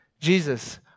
Jesus